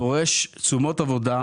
דורש תשומות עבודה,